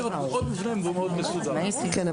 כן,